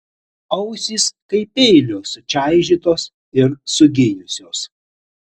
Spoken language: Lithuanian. ausys kaip peilio sučaižytos ir sugijusios